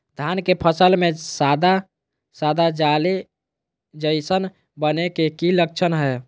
धान के फसल में सादा सादा जाली जईसन बने के कि लक्षण हय?